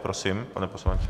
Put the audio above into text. Prosím, pane poslanče.